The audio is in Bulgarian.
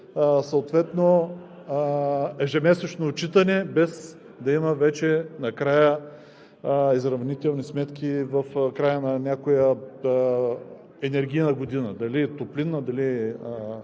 съответно с ежемесечно отчитане, без да има вече накрая изравнителни сметки в края на някоя енергийна година дали е топлинна, дали е